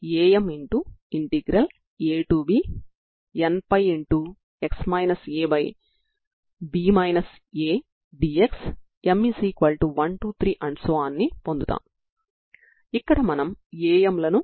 కాబట్టి మిగిలిన సమస్యలను అభ్యాసం గా మీకు వదిలి వేస్తున్నాను సరేనా